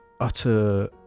utter